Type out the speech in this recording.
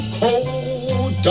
cold